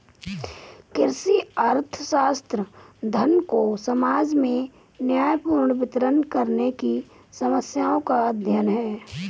कृषि अर्थशास्त्र, धन को समाज में न्यायपूर्ण वितरण करने की समस्याओं का अध्ययन है